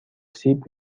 سیب